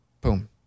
Boom